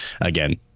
again